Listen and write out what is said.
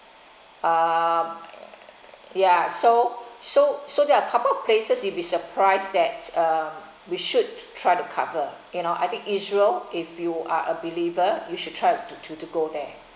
uh yeah so so so there are couple of places you'd be surprised that uh we should try to cover you know I think israel if you are a believer you should try to to to to go there